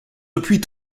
depuis